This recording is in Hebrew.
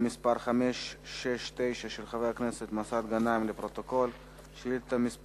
חבר הכנסת אורי אורבך שאל את שר